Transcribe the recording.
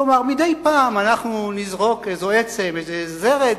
כלומר: מדי פעם אנחנו נזרוק איזו עצם, איזה זרד,